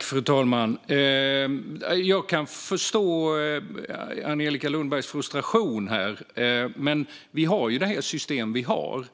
Fru talman! Jag kan förstå Angelica Lundbergs frustration, men vi har ju det system vi har.